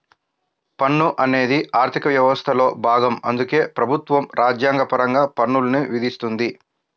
పన్ను అనేది ఆర్థిక వ్యవస్థలో భాగం అందుకే ప్రభుత్వం రాజ్యాంగపరంగా పన్నుల్ని విధిస్తుంది